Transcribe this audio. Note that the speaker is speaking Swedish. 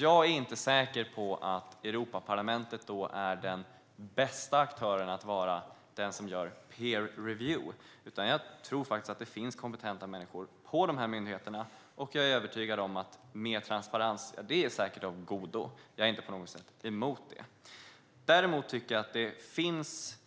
Jag är inte säker på att Europaparlamentet är den bästa aktören för peer review, utan jag tror faktiskt att det finns kompetenta människor på dessa myndigheter. Jag är övertygad om att mer transparens är av godo; jag är inte på något sätt emot det. Däremot tycker jag att det finns